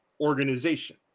organization